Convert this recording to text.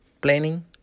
planning